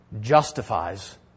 justifies